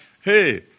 hey